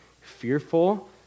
fearful